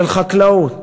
של חקלאות,